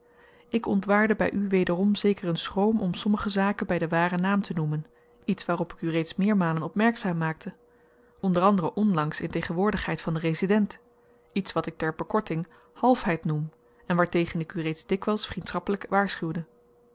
ik ontwaarde by u wederom zekeren schroom om sommige zaken by den waren naam te noemen iets waarop ik u reeds meermalen opmerkzaam maakte onder anderen onlangs in tegenwoordigheid van den resident iets wat ik ter bekorting halfheid noem en waartegen ik u reeds dikwyls vriendschappelyk waarschuwde